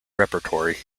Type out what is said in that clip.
repertory